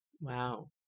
Wow